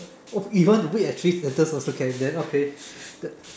oh if you want a three sentence also can then okay